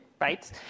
right